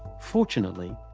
fortunately,